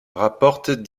rapporte